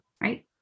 right